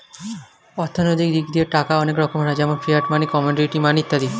অর্থনৈতিক দিক দিয়ে টাকা অনেক রকমের হয় যেমন ফিয়াট মানি, কমোডিটি মানি ইত্যাদি